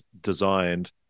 designed